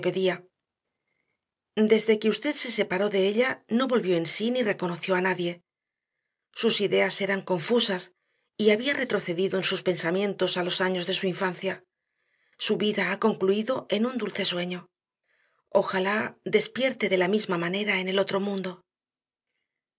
desde que usted se separó de ella no volvió en sí ni reconoció a nadie sus ideas eran confusas y había retrocedido en sus pensamientos a los años de su infancia su vida ha concluido en un dulce sueño ojalá despierte de la misma manera en el otro mundo